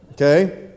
Okay